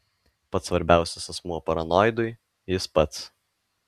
pats svarbiausias asmuo paranoidui jis pats